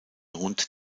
rund